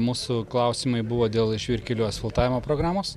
mūsų klausimai buvo dėl žvyrkelių asfaltavimo programos